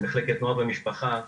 של מחלקת נוער ומשפחה,